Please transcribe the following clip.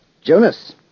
Jonas